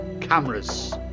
cameras